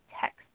text